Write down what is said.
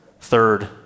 Third